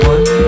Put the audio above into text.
One